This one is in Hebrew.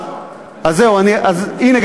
הנה,